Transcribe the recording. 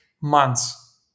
months